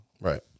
Right